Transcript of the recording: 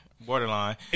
borderline